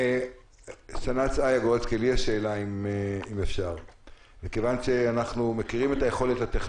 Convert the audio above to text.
האם כל מי שלא נמצא 200 מטר מהמקום שהוא צריך להימצא או 100 מטר,